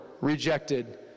rejected